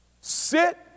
sit